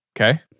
Okay